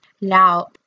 Now